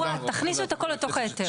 תכניסו את הכל לתוך ההיתר.